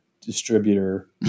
distributor